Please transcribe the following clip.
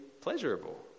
pleasurable